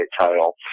title